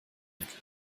mittel